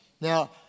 Now